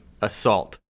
Assault